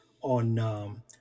on